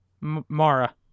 Mara